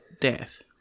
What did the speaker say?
death